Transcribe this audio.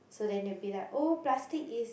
so then they will be like oh plastic is